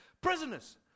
prisoners